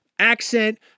Accent